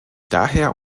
daher